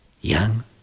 Young